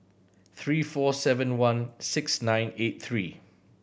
three four seven one six nine eight three